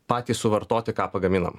patys suvartoti ką pagamino